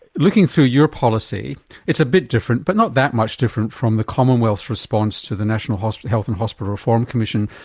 looking through your policy it's a bit different but not that much different from the commonwealth's response to the national health and hospital reform commission.